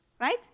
Right